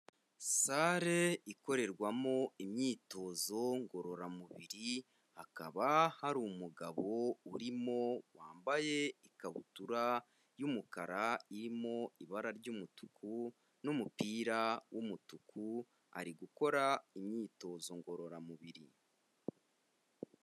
Sare ikorerwamo imyitozo ngororamubiri hakaba hari umugabo urimo wambaye ikabutura y'umukara irimo ibara ry'umutuku n'umupira w'umutuku ari gukora imyitozo ngororamubiri.